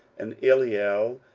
and eliel,